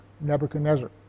Nebuchadnezzar